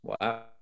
Wow